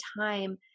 time